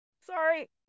Sorry